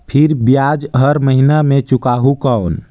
फिर ब्याज हर महीना मे चुकाहू कौन?